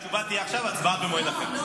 תשובה עכשיו, הצבעה במועד אחר.